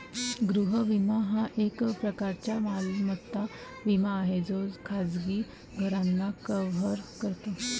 गृह विमा हा एक प्रकारचा मालमत्ता विमा आहे जो खाजगी घरांना कव्हर करतो